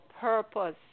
purpose